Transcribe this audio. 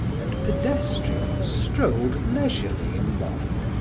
and pedestrians strolled leisurely along,